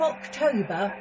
October